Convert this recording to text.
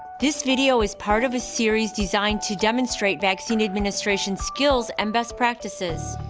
this video is part of a series designed to demonstrate vaccine administration skills and best practices.